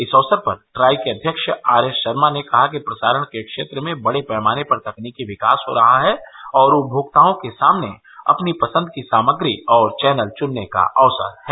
इस अवसर पर ट्राई के अध्यक्ष आरएसशर्मा ने कहा कि प्रसारण के क्षेत्र में बड़े पैमाने पर तकनीकी विकास हो रहा है और उपभोक्ताओं के सामने अपनी पसंद की सामग्री और चैनल चुनने का अवसर है